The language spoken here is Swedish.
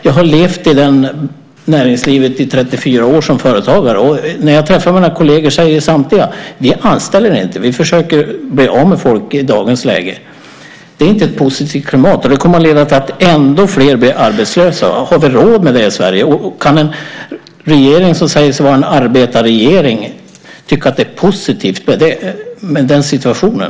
Jag har levt i näringslivet i 34 år som företagare. När jag träffar mina kolleger säger samtliga: Vi anställer inte. Vi försöker bli av med folk i dagens läge. Det är inte ett positivt klimat. Det kommer att leda till att ännu fler blir arbetslösa. Har vi råd med det i Sverige? Kan en regering som säger sig vara en arbetarregering tycka att det är positivt med den situationen?